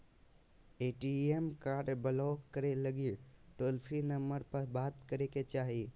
ATM card block करे लगी toll free number पर बात करे के चाही